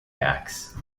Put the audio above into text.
axe